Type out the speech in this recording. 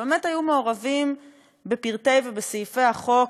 שבאמת היו מעורבים בפרטי ובסעיפי החוק,